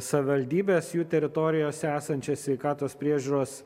savivaldybės jų teritorijose esančias sveikatos priežiūros